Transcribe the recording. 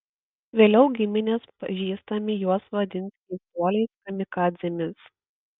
vėliau giminės pažįstami juos vadins keistuoliais kamikadzėmis